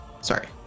sorry